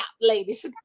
ladies